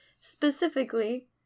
specifically